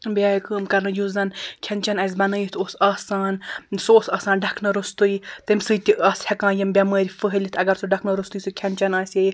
بیٚیہِ آیہِ کٲم کرنہٕ یُس زَنہٕ کھیٚن چیٚنہٕ اسہِ بنٲیِتھ اوس آسان سُہ اوس آسان ڈھکنہٕ رۄستٕے تمہِ سۭتۍ تہِ آسہٕ ہیٚکان یِم بیٚمارۍ پھہلتھ اگر سُہ ڈھکنہٕ رۄستٕے سُہ کھیٚن چیٚن آسہِ ہے